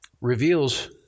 reveals